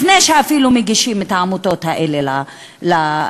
לפני שאפילו מגישים את העמותות האלה לבתי-משפט,